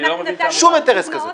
שום אינטרס כזה.